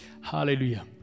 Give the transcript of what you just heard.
Hallelujah